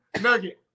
nugget